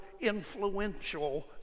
influential